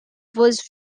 was